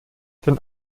den